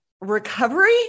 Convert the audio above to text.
recovery